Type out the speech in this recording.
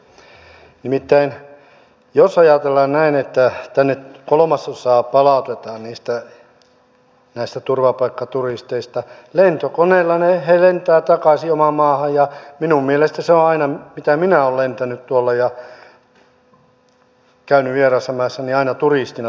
nimittäin jos ajatellaan näin että kolmasosa palautetaan näistä turvapaikkaturisteista lentokoneella he lentävät takaisin omaan maahan ja minun mielestäni aina mitä minä olen lentänyt tuolla ja käynyt vieraissa maissa turistina suurin piirtein olen ollut